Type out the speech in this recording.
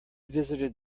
visited